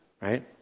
right